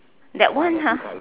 that one ah